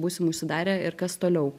būsim užsidarę ir kas toliau